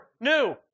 New